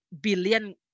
billion